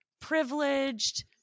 privileged